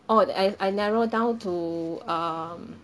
oh I I narrow down to um